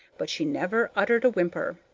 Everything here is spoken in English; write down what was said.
but she never uttered a whimper.